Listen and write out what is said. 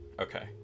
Okay